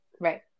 Right